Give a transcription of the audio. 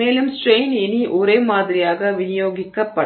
மேலும் ஸ்ட்ரெய்ன் இனி ஒரே மாதிரியாக விநியோகிக்கப்படாது